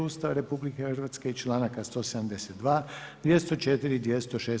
Ustava RH i članaka 172., 204. i 206.